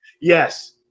Yes